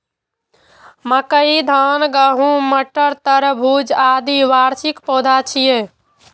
मकई, धान, गहूम, मटर, तरबूज, आदि वार्षिक पौधा छियै